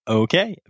okay